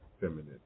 feminine